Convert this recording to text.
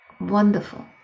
wonderful